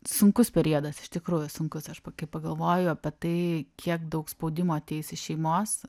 sunkus periodas iš tikrųjų sunkus aš kai pagalvoju apie tai kiek daug spaudimo ateis iš šeimos